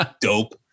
dope